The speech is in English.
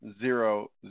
zero